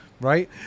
right